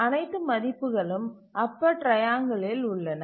அனைத்து மதிப்புகளும் அப்பர் ட்ரைஆங்கலில் உள்ளன